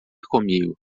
comigo